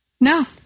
No